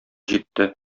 җитте